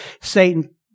Satan